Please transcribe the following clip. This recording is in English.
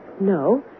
No